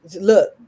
look